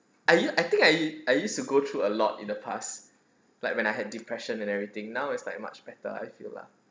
I u~ I think I I used to go through a lot in the past like when I had depression and everything now is like much better I feel lah